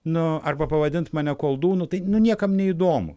nu arba pavadint mane koldūnu tai nu niekam neįdomu